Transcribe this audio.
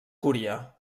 cúria